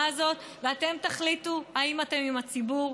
הזאת ואתם תחליטו האם אתם עם הציבור,